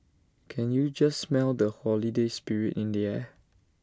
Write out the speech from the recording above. can you just smell the holiday spirit in the air